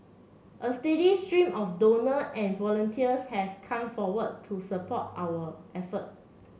a steady stream of donor and volunteers has come forward to support our effort